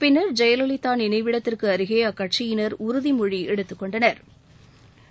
பின்னா் ஜெயலலிதா நினைவிடத்திற்கு அருகே அக்கட்சியினா் உறுதிமொழி எடுத்துக்கொண்டனா்